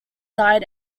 died